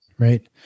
Right